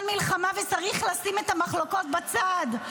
מלחמה וצריך לשים את המחלוקות בצד.